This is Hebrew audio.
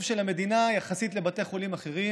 של המדינה יחסית לבתי חולים אחרים.